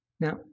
Now